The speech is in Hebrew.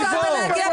אתה לא יכול